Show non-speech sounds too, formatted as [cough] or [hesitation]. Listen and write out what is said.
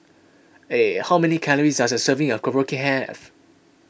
[hesitation] how many calories does a serving of Korokke have